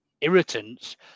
irritants